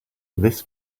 this